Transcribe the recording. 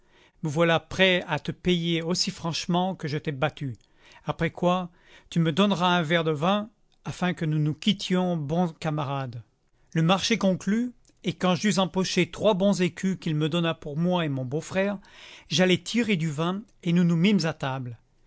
me voilà prêt à te payer aussi franchement que je t'ai battu après quoi tu me donneras un verre de vin afin que nous nous quittions bons camarades le marché conclu et quand j'eus empoché trois bons écus qu'il me donna pour moi et mon beau-frère j'allai tirer du vin et nous nous mîmes à table